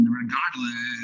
regardless